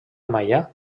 maia